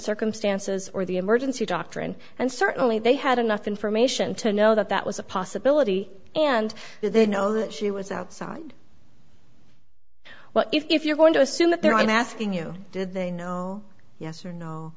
circumstances or the emergency doctrine and certainly they had enough information to know that that was a possibility and they know that she was outside well if you're going to assume that they're i'm asking you did they know yes or no